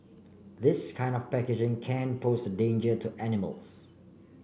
this kind of packaging can pose a danger to animals